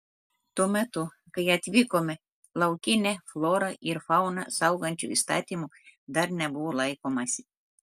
tuo metu kai atvykome laukinę florą ir fauną saugančių įstatymų dar nebuvo laikomasi